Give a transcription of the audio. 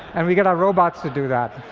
and we get our robots to do that.